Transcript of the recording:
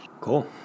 Cool